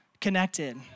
connected